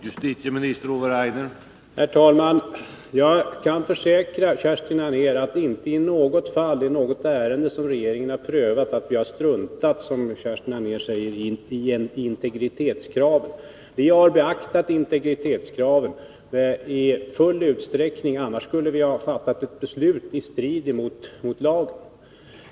Herr talman! Jag kan försäkra Kerstin Anér att regeringen inte i något ärende som vi prövat har struntat i — som Kerstin Anér säger — integritetskraven. Vi har beaktat integritetskraven i full utsträckning; annars skulle vi ha fattat ett beslut i strid mot lagen.